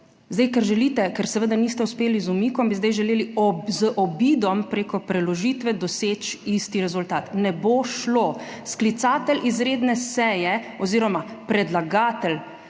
zdaj ker želite, ker seveda niste uspeli z umikom, bi zdaj želeli z obidom preko preložitve doseči isti rezultat. Ne bo šlo. Sklicatelj izredne seje oziroma predlagatelj